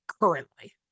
currently